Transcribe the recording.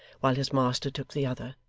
while his master took the other,